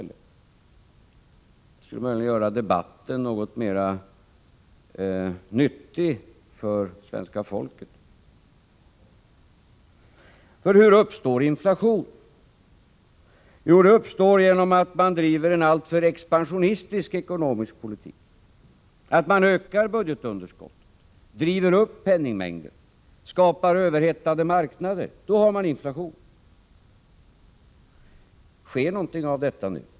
Det skulle möjligen göra debatten något mera nyttig för svenska folket. Hur uppstår inflation? Jo, det uppstår genom att man driver en alltför expansionistisk ekonomisk politik. Om man ökar budgetunderskottet, driver upp penningmängden och skapar överhettade marknader, då har man inflation. Sker något av detta nu?